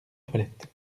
toilette